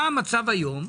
מה המצב היום,